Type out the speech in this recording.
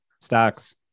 stocks